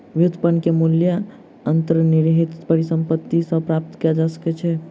व्युत्पन्न के मूल्य अंतर्निहित परिसंपत्ति सॅ प्राप्त कय जा सकै छै